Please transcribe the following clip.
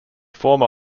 former